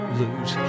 lose